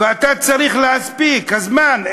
ואתה צריך להספיק, הזמן.